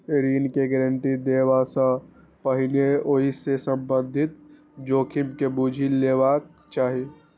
ऋण के गारंटी देबा सं पहिने ओइ सं संबंधित जोखिम के बूझि लेबाक चाही